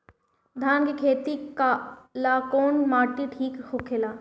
धान के खेती ला कौन माटी ठीक होखेला?